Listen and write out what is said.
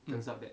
mm